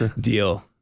Deal